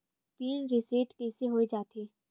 Pin reset कइसे हो जाथे?